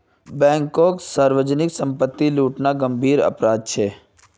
बैंककोत सार्वजनीक संपत्ति लूटना गंभीर अपराध छे